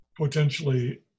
potentially